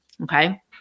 Okay